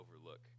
overlook